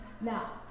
Now